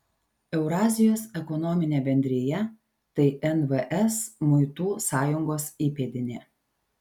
eurazijos ekonominė bendrija tai nvs muitų sąjungos įpėdinė